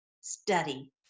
study